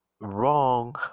wrong